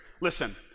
Listen